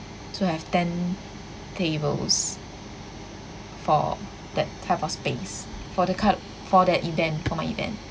to have ten tables for that type of space for the card for that event for my event